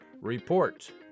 Report